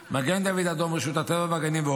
מגן דוד אדום, רשות הטבע והגנים ועוד.